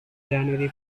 january